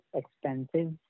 expensive